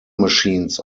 machines